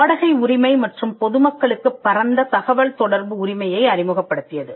வாடகை உரிமை மற்றும் பொதுமக்களுக்குப் பரந்த தகவல்தொடர்பு உரிமையை அறிமுகப்படுத்தியது